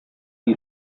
you